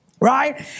Right